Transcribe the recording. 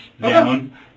down